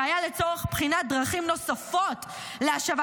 שהיה לצורך בחינת דרכים נוספות להשבת